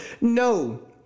No